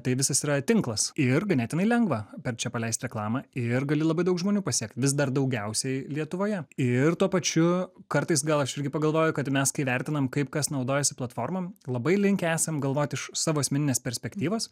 tai visas yra tinklas ir ganėtinai lengva per čia paleist reklamą ir gali labai daug žmonių pasiekt vis dar daugiausiai lietuvoje ir tuo pačiu kartais gal aš irgi pagalvoju kad mes kai vertinam kaip kas naudojasi platformom labai linkę esam galvoti iš savo asmeninės perspektyvos